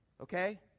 Okay